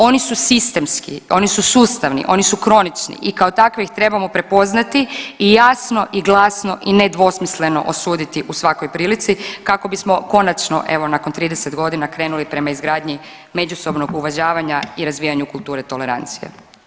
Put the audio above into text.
Oni su sistemski, oni su sustavni, oni su kronični i kao takve ih trebamo prepoznati i jasno i glasno i nedvosmisleno osuditi u svakoj prilici kako bismo konačno evo nakon 30 godine krenuli prema izgradnji međusobnog uvažavanja i razvijanju kulture tolerancije.